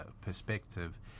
perspective